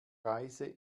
reise